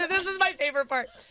ah this is my favorite part.